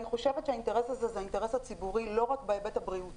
אני חושבת שהאינטרס הזה הוא אינטרס ציבורי לא רק בהיבט הבריאותי,